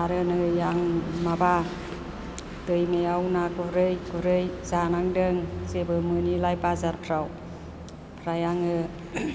आरो नै आं माबा दैमायाव ना गुरै गुरै जानांदों जेबो मोनिलाय बाजारफ्राव फ्राय आङो